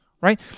right